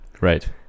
right